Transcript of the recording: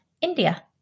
India